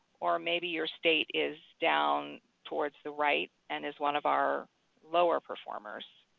or maybe your state is down towards the right and is one of our lower performers.